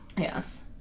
Yes